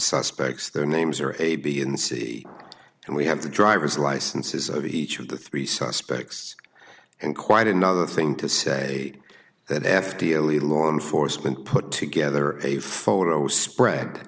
suspects their names are a b and c and we have the driver's licenses of each of the three suspects and quite another thing to say that f d l e law enforcement put together a photo spread